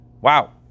Wow